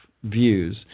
Views